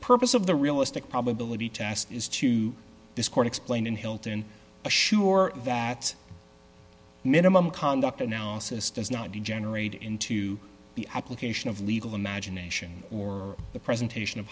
purpose of the realistic probability task is to this court explained in hilton assure that minimum conduct analysis does not degenerate into the application of legal imagination or the presentation of